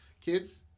Kids